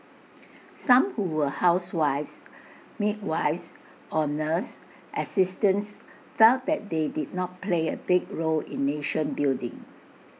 some who were housewives midwives or nurse assistants felt that they did not play A big role in nation building